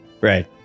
right